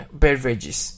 beverages